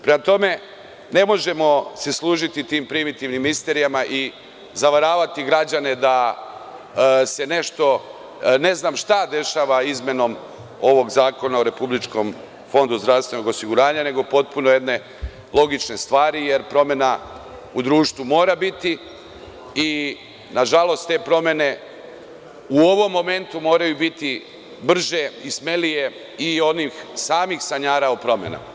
Prema tome, ne možemo se služiti tim primitivnim misterijama i zavaravati građane da se nešto ne znam šta dešava izmenom ovog Zakona o RFZO, nego potpuno jedne logične stvari, jer promena u društvo mora biti i, nažalost, te promene u ovom momentu moraju biti brže i smelije i onih samih sanjara o promenama.